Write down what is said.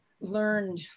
learned